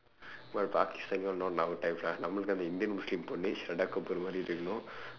நமக்கு அந்த:namakku andtha indian muslim பொண்ணு:ponnu shraddha kapoor மாதிரி இருக்கனும்:maathiri irukkanum